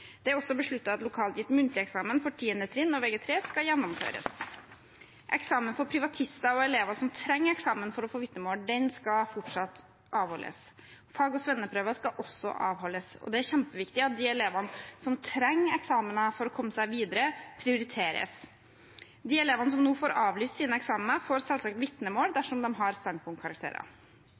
Det er også besluttet at lokalt gitt muntlig eksamen for 10. trinn og vg3 skal gjennomføres. Eksamen for privatister og elever som trenger eksamen for å få vitnemål, skal fortsett avholdes. Fag- og svenneprøver skal også avholdes. Det er kjempeviktig at de elevene som trenger eksamener for å komme seg videre, prioriteres. De elevene som nå får avlyst sine eksamener, får selvsagt vitnemål dersom de har standpunktkarakterer.